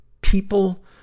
people